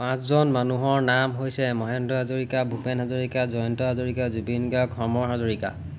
পাঁচজন মানুহৰ নাম হৈছে মহেন্দ্ৰ হাজৰিকা ভূপেন হাজৰিকা জয়ন্ত হাজৰিকা জুবিন গাৰ্গ সমৰ হাজৰিকা